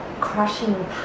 crushing